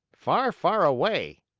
far, far away!